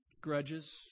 grudges